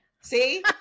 see